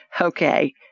Okay